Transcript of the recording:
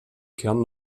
kern